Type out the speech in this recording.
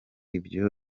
ibyo